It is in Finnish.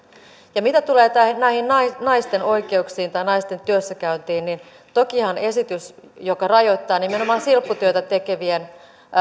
ja mitä tulee näihin naisten naisten oikeuksiin tai naisten työssäkäyntiin niin tokihan esitys joka rajoittaa nimenomaan silpputyötä tekevien